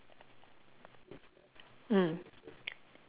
mm